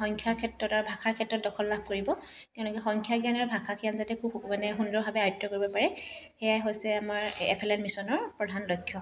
সংখ্যাৰ ক্ষেত্ৰত আৰু ভাষাৰ ক্ষেত্ৰত দখল লাভ কৰিব তেওঁলোকে সংখ্যাজ্ঞান আৰু ভাষাজ্ঞান যাতে খুব মানে সুন্দৰভাৱে আয়ত্ব কৰিব পাৰে সেয়াই হৈছে আমাৰ এফ এল এন মিছনৰ প্ৰধান লক্ষ্য